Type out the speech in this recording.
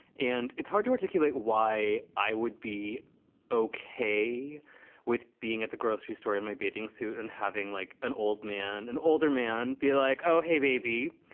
and it's hard to articulate why i would be okay with being at the grocery store in my bathing suit and having, like an old man, an older man be like, oh, hey, baby.